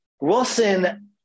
Wilson